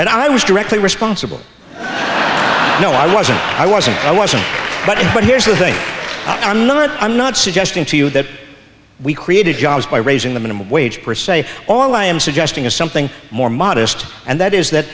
and i was directly responsible no i wasn't i wasn't i wasn't but but here's the thing i'm not i'm not suggesting to you that we created jobs by raising the minimum wage per se all i am suggesting is something more modest and that is that